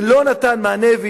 ולא נתן מענה,